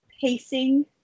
pacing